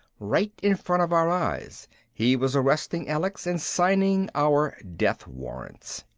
right in front of our eyes he was arresting alex and signing our death warrants.